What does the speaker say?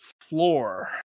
floor